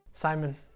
Simon